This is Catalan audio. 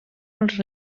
als